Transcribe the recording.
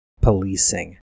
policing